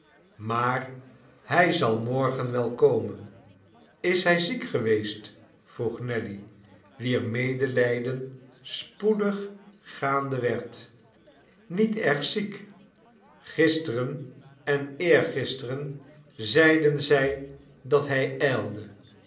maar hij zal morgen wel komen is hij ziek geweest vroeg nelly wier medelijden spoedig gaande werd niet erg ziek gisteren en eergisteren zeiden zij dat hij ijlde